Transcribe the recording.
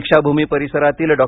दीक्षाभूमी परिसरातील डॉ